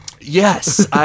Yes